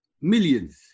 millions